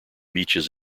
beaches